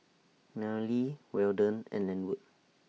Nayely Weldon and Lenwood